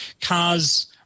cars